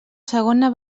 segona